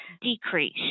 decrease